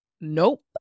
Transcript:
Nope